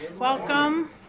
Welcome